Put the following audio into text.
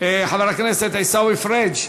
חבר הכנסת עיסאווי פריג',